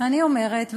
אני אומרת,